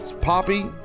Poppy